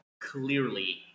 clearly